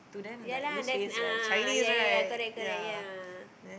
ya lah that's a'ah a'ah ya ya ya correct correct ya